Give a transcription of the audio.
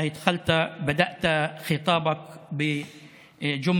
אתה התחלת (אומר בערבית: התחלת את נאומך במשפט יפה: